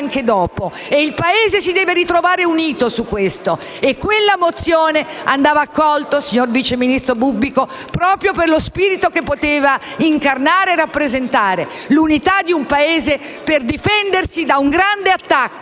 Il Paese si deve ritrovare unito su questo. E quella mozione andava accolta, signor vice ministro Bubbico, proprio per lo spirito che poteva incarnare e rappresentare: l'unità di un Paese per difendersi da un grande attacco